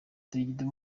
kidum